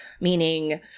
meaning